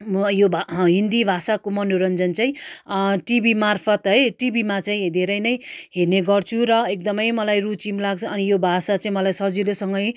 म यो भए हिन्दी भाषाको मनोरञ्जन चाहिँ टिभी मार्फत है टिभिमा चाहिँ धेरै नै हेर्ने गर्छु र एकदम मलाई रुचि लाग्छ अनि यो भाषा चाहिँ मलाई सजिलो सँगै